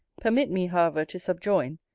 permit me, however, to subjoin,